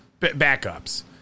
Backups